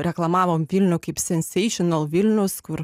reklamavom vilnių kaip senseičinal vilnius kur